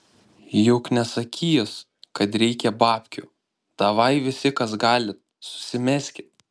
juk nesakys kad reikia babkių davai visi kas galit susimeskit